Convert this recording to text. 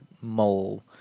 mole